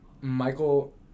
Michael